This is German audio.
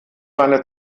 seine